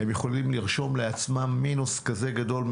הם יכולים לרשום לעצמם מינוס כזה גדול.